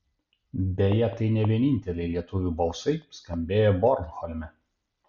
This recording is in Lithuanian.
beje tai ne vieninteliai lietuvių balsai skambėję bornholme